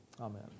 amen